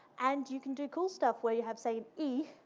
and you can do cool stuff, where you have, say, e,